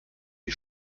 die